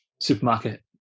Supermarket